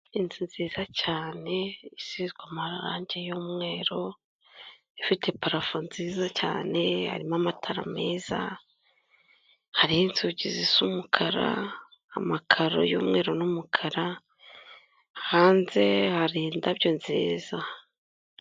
Inzu nziza cyane isizwe amarange y'umweru ifite parafo nziza cyane harimo amatara meza, hariho inzugi zisa umukara, amakaro y'umweru n'umukara hanze hari indabyo nziza.